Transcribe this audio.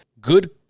good